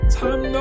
time